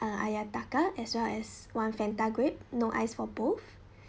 uh ayataka as well as one Fanta grape no ice for both